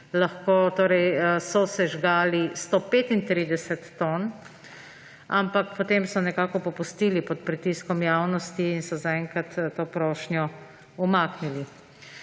lahko sosežgali 135 ton. Ampak potem so nekako popustili pod pritiskom javnosti in so za enkrat to prošnjo umaknili.